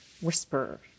whisper